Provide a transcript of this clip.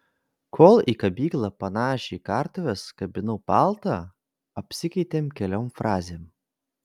kol į kabyklą panašią į kartuves kabinau paltą apsikeitėme keliom frazėm